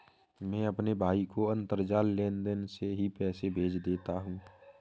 मैं अपने भाई को अंतरजाल लेनदेन से ही पैसे भेज देता हूं